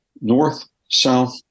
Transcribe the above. north-south